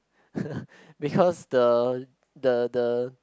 because the the the